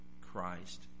Christ